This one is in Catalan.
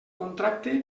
contracte